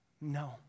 No